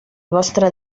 vostre